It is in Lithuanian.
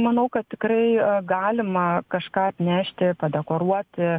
manau kad tikrai galima kažką atnešti padekoruoti